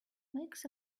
makes